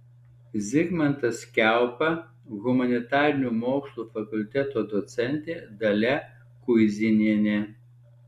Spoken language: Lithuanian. zigmantas kiaupa humanitarinių mokslų fakulteto docentė dalia kuizinienė